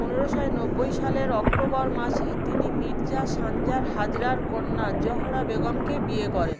পনেরোশোয় নব্বই সালের অক্টোবর মাসে তিনি মির্জা সানজার হাজরার কন্যা জহরা বেগমকে বিয়ে করেন